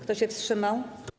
Kto się wstrzymał?